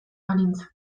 banintz